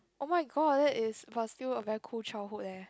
oh-my-god that is but still a very cool childhood eh